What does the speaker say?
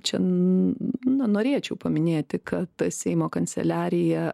čia na norėčiau paminėti kad seimo kanceliarija